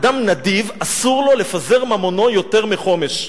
אדם נדיב, אסור לו לפזר ממונו יותר מחומש.